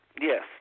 Yes